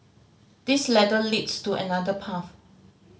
this ladder leads to another path